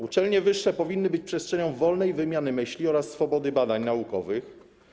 Uczelnie wyższe powinny być przestrzenią wolnej wymiany myśli oraz swobody badań naukowych.